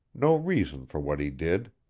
no reason for what he did.